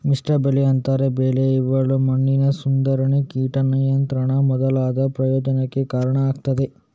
ಮಿಶ್ರ ಬೆಳೆ, ಅಂತರ ಬೆಳೆ ಇವೆಲ್ಲಾ ಮಣ್ಣಿನ ಸುಧಾರಣೆ, ಕೀಟ ನಿಯಂತ್ರಣ ಮೊದಲಾದ ಪ್ರಯೋಜನಕ್ಕೆ ಕಾರಣ ಆಗ್ತದೆ